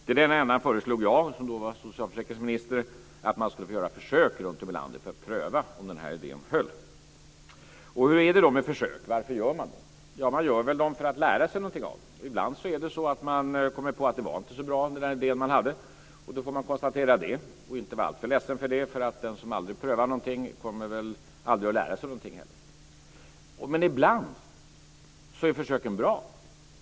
Till den änden föreslog jag, som då var socialförsäkringsminister, att man skulle få göra försök runtom i landet för att pröva om idén höll. Och hur är det då med sådana försök? Varför gör man dem? Jo, man gör dem väl för att lära sig något av dem. Ibland kommer man på att den nog inte var så bra, den där idén man hade. Då får man konstatera det och inte vara alltför ledsen. Den som aldrig prövar något kommer väl heller aldrig att lära sig något. Men ibland är försöken bra.